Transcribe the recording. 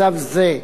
מצב זה,